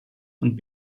und